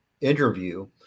interview